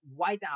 whiteout